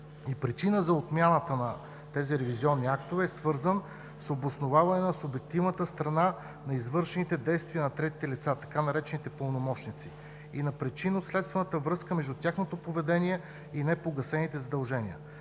причина за отмяната на тези ревизионни актове е свързан с обосноваване на субективната страна на извършените действия на третите лица, така наречените „пълномощници“ и на причинно-следствената връзка между тяхното поведение и непогасените задължения.